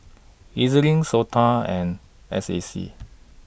E Z LINK Sota and S A C